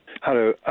Hello